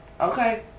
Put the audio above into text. Okay